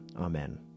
Amen